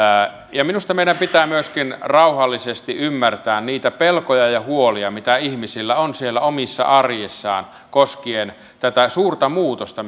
ja minusta meidän pitää myöskin rauhallisesti ymmärtää niitä pelkoja ja huolia mitä ihmisillä on siellä omassa arjessaan koskien tätä suurta muutosta